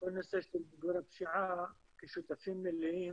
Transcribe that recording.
בכל הנושא של מיגור הפשיעה כשותפים מלאים